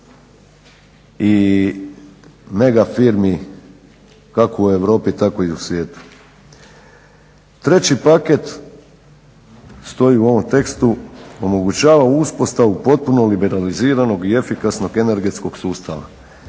i megafirmi kako u Europi tako i u svijetu. Treći paket, stoji u ovom tekstu omogućava uspostavu potpuno liberalizirano i efikasnog energetskog sustava.